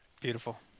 Beautiful